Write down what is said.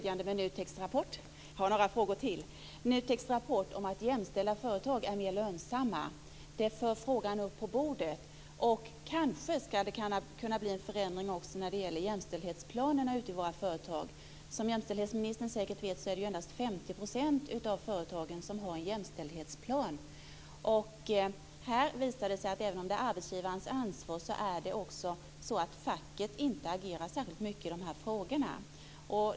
Jag tycker också att det är mycket glädjande med NUTEK:s rapport om att jämställda företag är mer lönsamma. Det för frågan upp på bordet. Kanske ska det kunna bli en förändring också när det gäller jämställdhetsplanerna ute på företagen. Som jämställdhetsministern säkert vet är det endast 50 % av företagen som har en jämställdhetsplan. Här visar det sig att även om det är arbetsgivarens ansvar, så agerar inte facket särskilt mycket i dessa frågor.